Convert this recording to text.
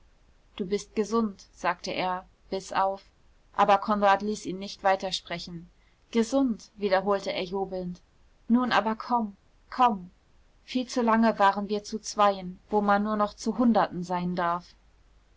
du bist gesund sagte er bis auf aber konrad ließ ihn nicht weitersprechen gesund wiederholte er jubelnd nun aber komm komm viel zu lange waren wir zu zweien wo man nur noch zu hunderten sein darf